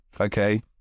Okay